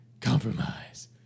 compromise